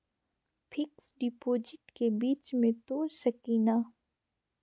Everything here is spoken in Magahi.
फिक्स डिपोजिटबा के बीच में तोड़ सकी ना?